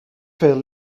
veel